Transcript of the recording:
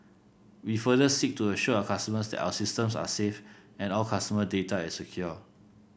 we further seek to assure our customers that our systems are safe and all customer data is secure